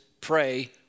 pray